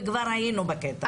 וכבר היינו בקטע הזה.